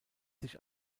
sich